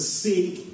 seek